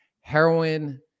heroin